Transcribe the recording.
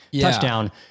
touchdown